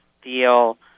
feel